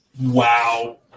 Wow